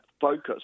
focus